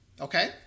okay